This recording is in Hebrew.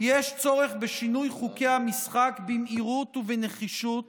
יש צורך בשינוי חוקי המשחק במהירות ובנחישות